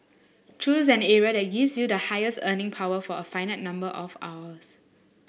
choose an area that gives you the highest earning power for a finite number of hours